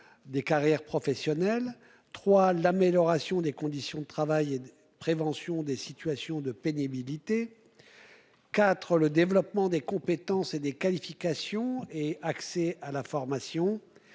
l'amélioration des conditions de travail et de prévention des situations de pénibilité. IV le développement des compétences et des qualifications et accès à la formation.